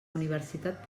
universitat